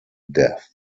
death